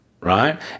right